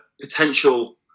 potential